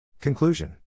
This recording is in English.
Conclusion